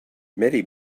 many